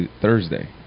thursday